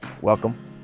Welcome